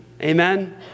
amen